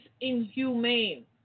inhumane